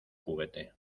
juguete